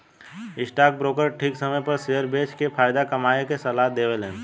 stock broker ठीक समय पर शेयर बेच के फायदा कमाये के सलाह देवेलन